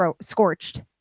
scorched